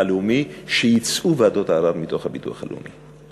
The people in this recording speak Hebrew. הלאומי שיצאו ועדות הערר מתוך הביטוח הלאומי.